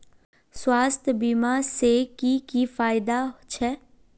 स्वास्थ्य बीमा से की की फायदा छे?